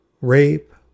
rape